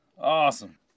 Awesome